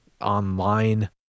online